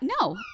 No